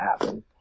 happen